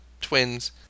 twins